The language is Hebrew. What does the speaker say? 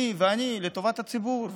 אני ואני, לטובת הציבור.